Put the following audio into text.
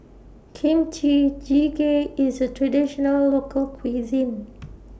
Kimchi Jjigae IS A Traditional Local Cuisine